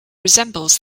resembles